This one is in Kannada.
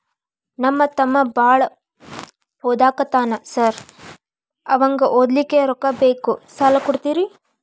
ನಮ್ಮ ತಮ್ಮ ಬಾಳ ಓದಾಕತ್ತನ ಸಾರ್ ಅವಂಗ ಓದ್ಲಿಕ್ಕೆ ರೊಕ್ಕ ಬೇಕು ಸಾಲ ಕೊಡ್ತೇರಿ?